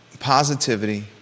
Positivity